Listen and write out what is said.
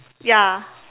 ya